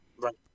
Right